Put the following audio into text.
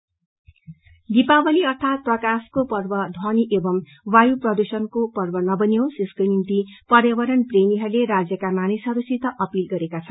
appeal Deepawali अर्थात प्रकाशको पर्व ध्वनी एवं वायू प्रदुषणको पर्व नबनियोस यसको निम्ति पर्यावरण प्रेमीहरूले राज्यका मानिसहस्सित अपील गरेको छ